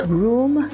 room